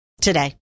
today